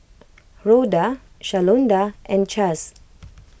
Rhoda Shalonda and Chace